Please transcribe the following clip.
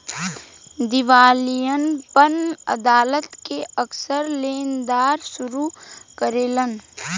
दिवालियापन अदालत के अक्सर लेनदार शुरू करेलन